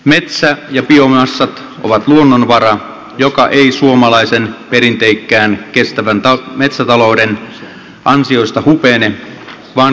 metsä ja biomassat ovat luonnonvara joka ei suomalaisen perinteikkään kestävän metsätalouden ansiosta hupene vaan kasvaa uudelleen